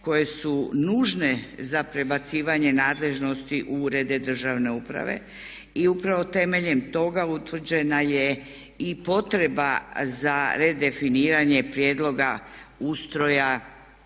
koje su nužne za prebacivanje nadležnosti u urede državne uprave. I upravo temeljem toga utvrđena je i potreba za redefiniranje prijedloga ustroja